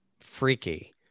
freaky